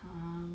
um